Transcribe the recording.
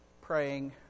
praying